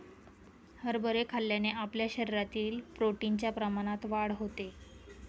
हरभरे खाल्ल्याने आपल्या शरीरातील प्रोटीन च्या प्रमाणात वाढ होते